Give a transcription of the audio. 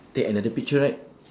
take another picture right